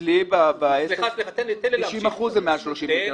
אצלי בעסק 90% מהמבנים זה מעל 30 מטר.